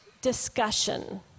discussion